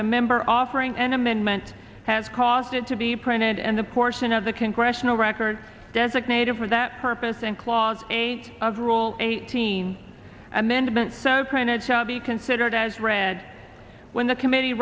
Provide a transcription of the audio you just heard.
the member offering an amendment has caused it to be printed and the portion of the congressional record designated for that purpose and clause a of rule eighteen amendment so printed shall be considered as read when the committee